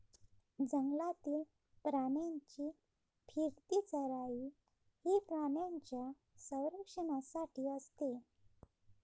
जंगलातील प्राण्यांची फिरती चराई ही प्राण्यांच्या संरक्षणासाठी असते